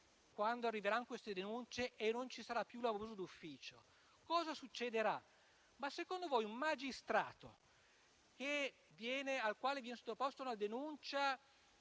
quando arriveranno queste denunce e non ci sarà più l'abuso d'ufficio? Secondo voi, cosa farà un magistrato al quale viene sottoposta una denuncia